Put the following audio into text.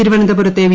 തിരുവനന്തപുരത്തെ വി